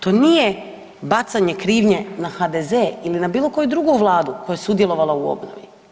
To nije bacanje krivnje na HDZ ili na bilo koju drugu Vladu koje je sudjelovala u obnovi.